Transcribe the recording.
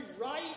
right